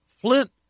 Flint